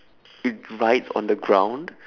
it rides on the ground